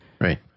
Right